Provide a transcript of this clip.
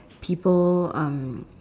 people um